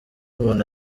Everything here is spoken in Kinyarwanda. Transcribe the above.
umuntu